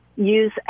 use